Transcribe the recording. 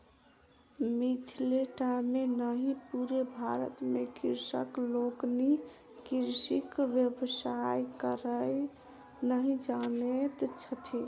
मिथिले टा मे नहि पूरे भारत मे कृषक लोकनि कृषिक व्यवसाय करय नहि जानैत छथि